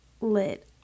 lit